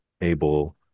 able